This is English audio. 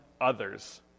others